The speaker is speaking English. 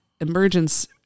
emergence